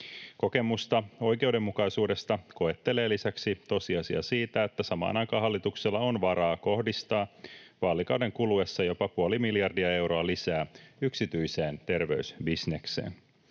Kokemusta oikeudenmukaisuudesta koettelee lisäksi tosiasia siitä, että samaan aikaan hallituksella on varaa kohdistaa vaalikauden kuluessa jopa puoli miljardia euroa lisää yksityiseen terveysbisnekseen.